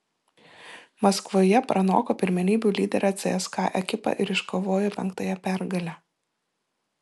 maskvoje pranoko pirmenybių lyderę cska ekipą ir iškovojo penktąją pergalę